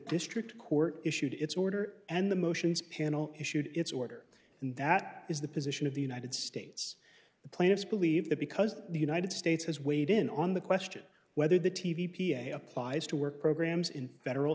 district court issued its order and the motions panel issued its order and that is the position of the united states the planets believe that because the united states has weighed in on the question whether the t v p a applies to work programs in federal